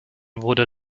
wurde